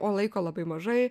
o laiko labai mažai